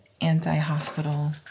anti-hospital